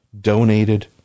donated